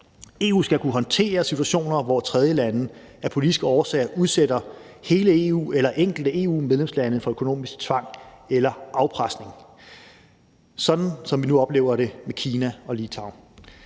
EU skal kunne håndtere situationer, hvor tredjelande af politiske årsager udsætter hele EU eller enkelte EU-medlemslande for økonomisk tvang eller afpresning, sådan som vi nu oplever det med Kina og Litauen.